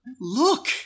look